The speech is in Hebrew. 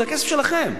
זה הכסף שלכם.